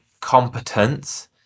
competence